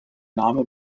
name